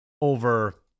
over